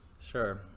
Sure